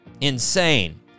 insane